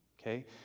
Okay